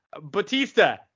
Batista